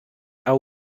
are